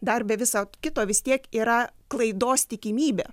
dar be viso kito vis tiek yra klaidos tikimybė